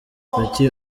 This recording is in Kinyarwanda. kuki